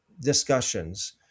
discussions